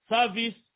Service